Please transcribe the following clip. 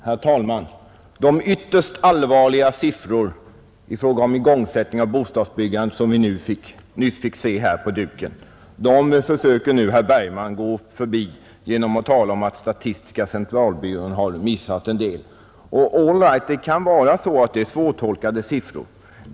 Herr talman! De ytterst allvarliga siffror över igångsättningen av bostadsbyggandet som nyss visades på TV-skärmen försöker herr Bergman nu gå förbi genom att tala om att statistiska centralbyrån har missat en del. All right, siffrorna kan vara svårtolkade.